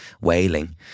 wailing